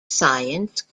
science